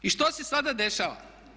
I što se sada dešava?